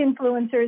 influencers